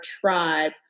tribe